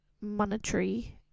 monetary